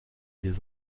des